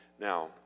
Now